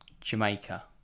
Jamaica